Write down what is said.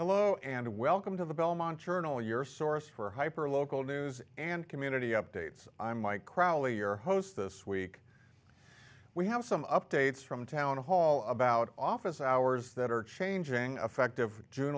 hello and welcome to the belmont journal your source for hyper local news and community updates i'm my crowley your host this week we have some updates from town hall about office hours that are changing effect of june